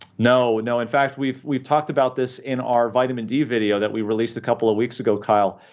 no. no, in fact we've we've talked about this in our vitamin d video that we released a couple of weeks ago, kyle,